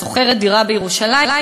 שוכרת דירה בירושלים,